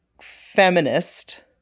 feminist